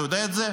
אתה יודע את זה?